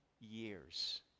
years